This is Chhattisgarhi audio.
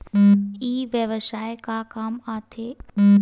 ई व्यवसाय का काम आथे?